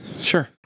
sure